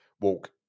walk